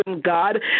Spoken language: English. God